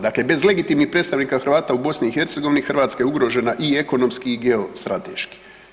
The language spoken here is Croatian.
Dakle, bez legitimnih predstavnika Hrvata u BiH, Hrvatska je ugrožena i ekonomski i geostrateški.